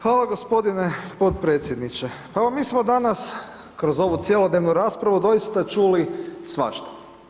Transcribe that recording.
Hvala gospodine podpredsjedniče, pa mi smo danas kroz ovu cjelodnevnu raspravu doista čuli svašta.